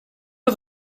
are